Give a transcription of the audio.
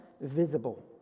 visible